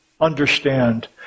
understand